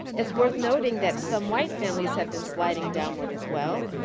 it's worth noting that some white families have been sliding downward as well.